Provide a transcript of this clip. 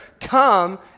come